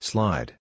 Slide